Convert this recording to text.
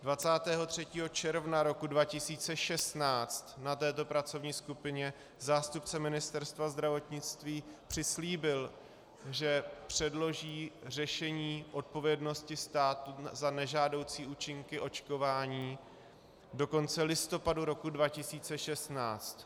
Dne 23. června roku 2016 na této pracovní skupině zástupce Ministerstva zdravotnictví přislíbil, že předloží řešení odpovědnosti státu za nežádoucí účinky očkování do konce listopadu roku 2016.